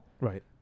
Right